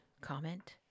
comment